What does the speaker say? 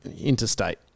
interstate